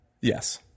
Yes